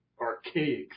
archaic